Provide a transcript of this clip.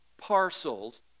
parcels